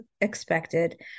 expected